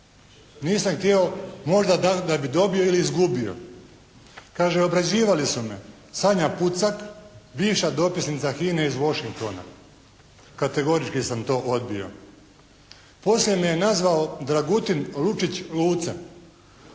Nisam htio možda da bih dobio ili izgubio. Obrađivali su me, Sanja Pucak, viša dopisnica HINA-e iz Washingtona. Kategorički sam to odbio. Poslije me je nazvao Dragutin Lučić-Luce,